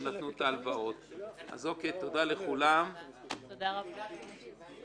תודה לכולם, רבותיי.